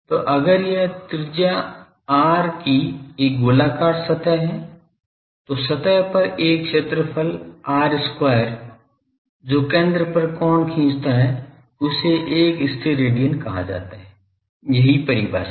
तो अगर यह त्रिज्या r की एक गोलाकार सतह है तो सतह पर एक क्षेत्रफल r square जो केंद्र पर कोण खींचता है उसे एक स्टेरेडियन कहा जाता है यही परिभाषा है